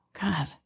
God